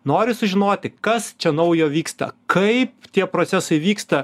nori sužinoti kas čia naujo vyksta kaip tie procesai vyksta